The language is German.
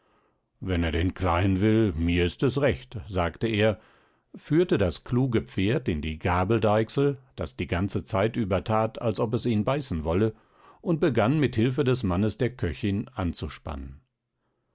wenn er den kleinen will mir ist es recht sagte er führte das kluge pferd in die gabeldeichsel das die ganze zeit über tat als ob es ihn beißen wolle und begann mit hilfe des mannes der köchin anzuspannen